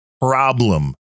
problem